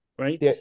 Right